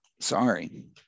sorry